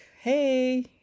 hey